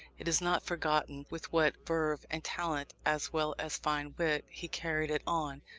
it is not forgotten with what verve and talent, as well as fine wit, he carried it on,